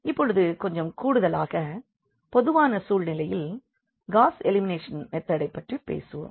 இப்பொழுது கொஞ்சம் கூடுதலாக பொதுவான சூழலில் காஸ் எலிமினேஷன் மெதடைப் பற்றி பேசுவோம்